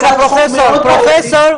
פרופסור,